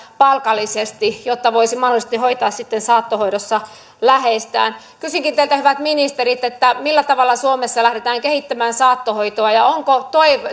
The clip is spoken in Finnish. palkallisesti jotta voisi mahdollisesti hoitaa sitten saattohoidossa läheistään kysynkin teiltä hyvät ministerit millä tavalla suomessa lähdetään kehittämään saattohoitoa ja onko